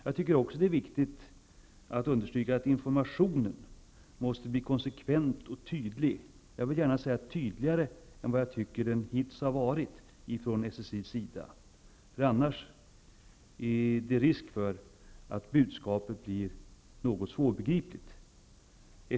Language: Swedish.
Det är också viktigt, tycker jag, att det understryks att informationen måste bli konsekvent och tydligt -- kanske tydligare än hittills -- från SSI:s sida. Det är annars risk för att budskapet blir svårbegripligt.